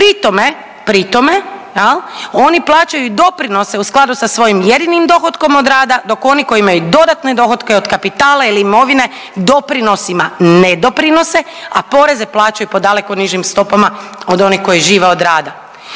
pri tome jel oni plaćaju i doprinose u skladu sa svojim jedinim dohotkom od rada dok oni koji imaju dodatne dohotke od kapitala ili imovine doprinosima ne doprinose, a poreze plaćaju po daleko niži stopama od onih koji žive od rada.